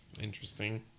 Interesting